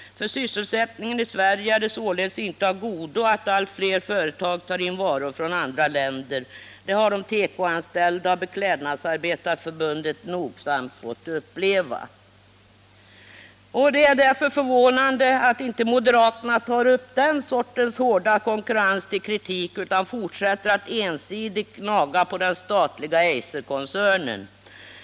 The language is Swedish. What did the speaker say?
För sysselsättningen i Sverige är det således inte av godo att allt fler företag tar in varor från andra länder. Det har de tekoanställda och Beklädnadsarbetareförbundet nogsamt fått uppleva. Det är därför förvånande att moderaterna inte tar upp den sortens hårda konkurrens till kritik utan fortsätter att ensidigt gnaga på den statliga Eiserkoncernen.